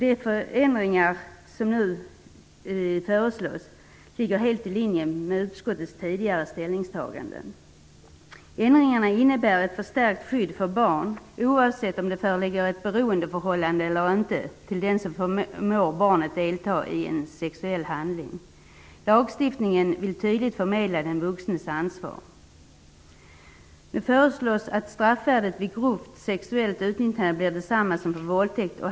De förändringar som nu föreslås ligger helt i linje med utskottets tidigare ställningstaganden. Ändringarna innebär ett förstärkt skydd för barn, oavsett om det föreligger ett beroendeförhållande eller inte till den som förmår barnet att delta i en sexuell handling. Lagstiftningen vill tydligt förmedla den vuxnes ansvar. Nu föreslås att straffvärdet vid grovt sexuellt utnyttjande blir detsamma som för våldtäkt.